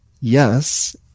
yes